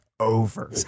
Over